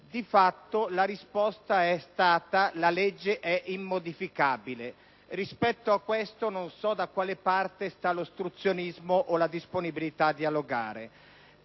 Di fatto, però, la risposta è stata che il disegno di legge è immodificabile. Rispetto a questo, non so da quale parte stia l'ostruzionismo o la disponibilità a dialogare.